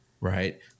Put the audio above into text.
right